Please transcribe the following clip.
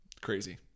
crazy